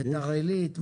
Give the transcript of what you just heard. ביתר עילית.